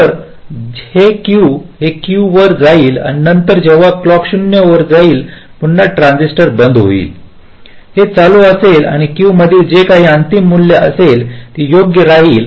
तर हे D Q वर जाईल आणि नंतर जेव्हा क्लॉक 0 वर जाईल पुन्हा हे ट्रान्झिस्टर बंद होईल हे चालू असेल आणि Q मधील जे काही अंतिम मूल्य असेल ते योग्य राहील